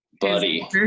buddy